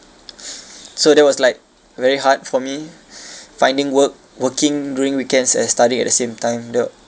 so that was like very hard for me finding work working during weekends and study at the same time the